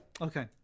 okay